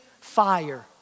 fire